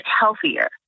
healthier